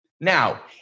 Now